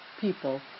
people